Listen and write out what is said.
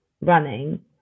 running